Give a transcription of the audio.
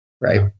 right